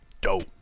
dope